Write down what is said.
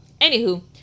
Anywho